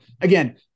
Again